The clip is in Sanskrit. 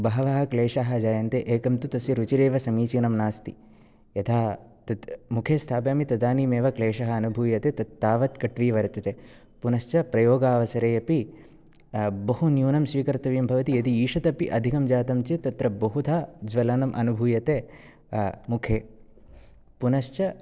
बहवः क्लेशाः जायन्ते एकन्तु तस्य रुचिरेव समीचीनं नास्ति यथा तत् मुखे स्थापयामि तदानीमेव क्लेशः अनुभूयते तत् तावत् कट्वी वर्तते पुनश्च प्रयोगावसरे अपि बहुन्यूनं स्वीकर्तव्यं भवति यदि ईषदपि अधिकं जातञ्चेत् तत्र बहुधा ज्वलनम् अनुभूयते मुखे पुनश्च